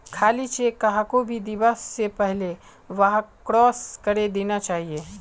खाली चेक कहाको भी दीबा स पहले वहाक क्रॉस करे देना चाहिए